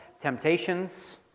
temptations